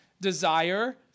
desire